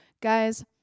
Guys